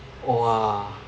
!wah!